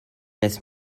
lässt